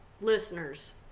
listeners